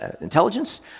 intelligence